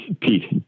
Pete